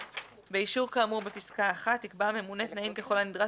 באישור כאמור בפסקה (1) יקבע הממונה תנאים ככל הנדרש